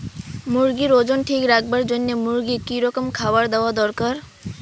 মুরগির ওজন ঠিক রাখবার জইন্যে মূর্গিক কি রকম খাবার দেওয়া দরকার?